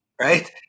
Right